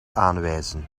aanwijzen